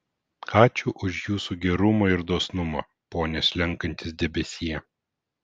ačiū už jūsų gerumą ir dosnumą pone slenkantis debesie